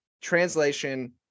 translation